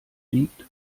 liegt